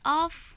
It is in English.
off